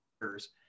years